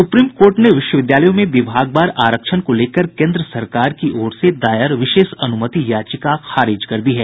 supreme Court ने विश्वविद्यालयों में विभागवार आरक्षण को लेकर केन्द्र सरकार की ओर से दायर विशेष अनुमति याचिका खारिज कर दी है